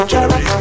Jerry